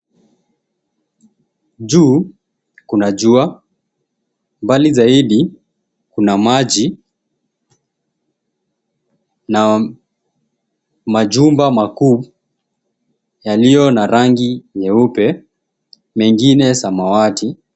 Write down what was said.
Juu kuna jua, mbali zaidi kuna maji na majumba makuu yaliyo na rangi nyeupe, mengine samawati.